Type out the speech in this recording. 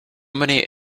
many